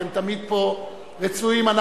אתם תמיד רצויים פה.